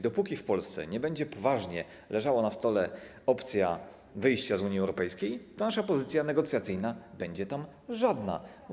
Dopóki w Polsce nie będzie poważnie leżała na stole opcja wyjścia z Unii Europejskiej, to nasza pozycja negocjacyjna będzie tam żadna.